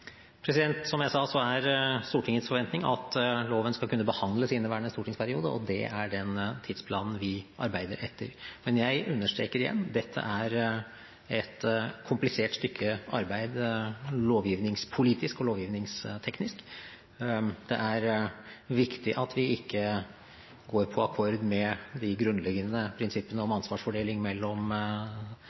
Som jeg sa, er Stortingets forventning at loven skal kunne behandles i inneværende stortingsperiode, det er den tidsplanen vi arbeider etter. Men jeg understreker igjen at dette – lovgivningspolitisk og lovgivningsteknisk – er et komplisert stykke arbeid. Det er viktig at vi ikke går på akkord med de grunnleggende prinsippene om ansvarsfordeling mellom storting og regjering – og arbeidsmåter mellom